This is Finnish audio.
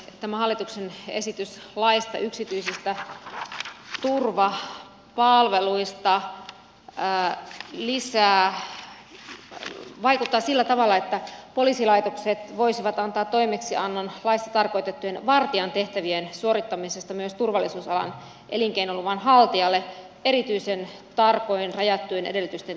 tämä hallituksen esitys laista yksityisistä turvapalveluista vaikuttaa sillä tavalla että poliisilaitokset voisivat antaa toimeksiannon laissa tarkoitettujen vartijan tehtävien suorittamisesta myös turvallisuusalan elinkeinoluvan haltijalle erityisen tarkoin rajattujen edellytysten täyttyessä